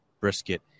brisket